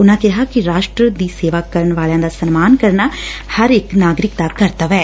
ਉਨੂਾ ਕਿਹਾ ਕਿ ਰਾਸਟਰ ਦੀ ਸੇਵਾ ਕਰਨ ਵਾਲਿਆਂ ਦਾ ਸਨਮਾਨ ਕਰਨਾ ਹਰੇਕ ਨਾਗਰਿਕ ਦਾ ਕਰੱਤਵ ਐ